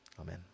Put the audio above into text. Amen